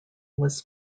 was